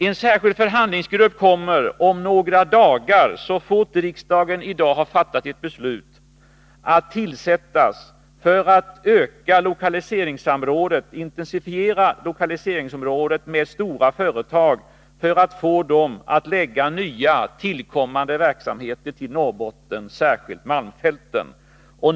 En särskild förhandlingsgrupp kommer om några dagar, så fort riksdagen i dag har fattat beslut, att tillsättas för att öka lokaliseringssamrådet, intensifiera lokaliseringsområdet med stora företag för att få dem att lägga nya, tillkommande verksamheter i Norrbotten, särskilt malmfälten.